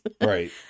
Right